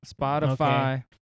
Spotify